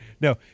no